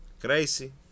Crazy